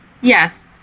Yes